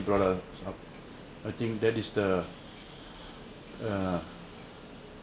brought us up I think that is the err